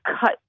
cut